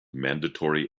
mandatory